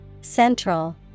Central